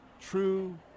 true